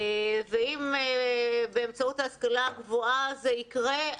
אם באמצעות ההשכלה הגבוהה זה יקרה,